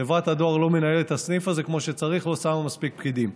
חברת הדואר לא מנהלת את הסניף הזה כמו שצריך ולא שמה מספיק פקידים.